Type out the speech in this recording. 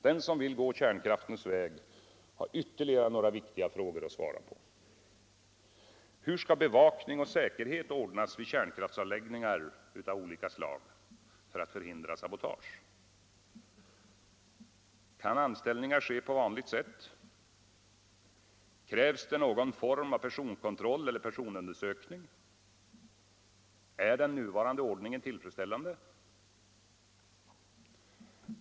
Den som vill gå kärnkraftens vägar har ytterligare några viktiga frågor att svara på. Hur skall bevakning och säkerhet ordnas vid kärnkraftisanläggningar av olika slag för att förhindra sabotage? Kan anställningar ske på vanligt sätt eller krävs någon form av personkontroll eller personundersökning? Är nuvarande ordning tillfredsställande?